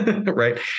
right